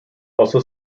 also